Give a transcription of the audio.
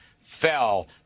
fell